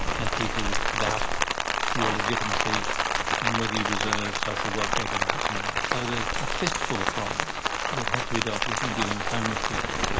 and people doubt your legitimacy and whether you deserve social welfare benefits and the like. so there are a fistful of problems that have to be dealt with in dealing with homeless people.